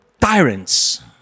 tyrants